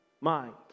mind